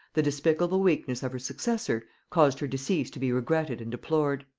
the despicable weakness of her successor caused her decease to be regretted and deplored.